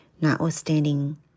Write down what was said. Notwithstanding